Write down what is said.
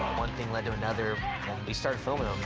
one thing led to another and we started filming em.